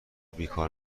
بیکار